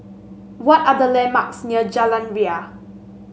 what are the landmarks near Jalan Ria